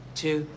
two